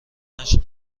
مشق